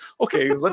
okay